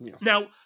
Now